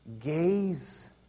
gaze